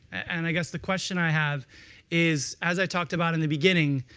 and i guess the question i have is, as i talked about in the beginning,